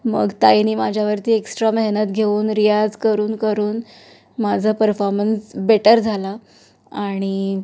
मग ताईंनी माझ्यावरती एक्स्ट्रा मेहनत घेऊन रियाज करून करून माझा परफॉर्मन्स बेटर झाला आणि